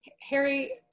Harry